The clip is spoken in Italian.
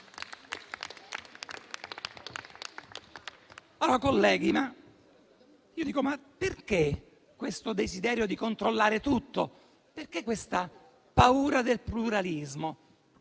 Colleghi, ma io dico, perché questo desiderio di controllare tutto? Perché questa paura del pluralismo?